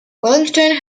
wellington